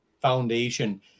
Foundation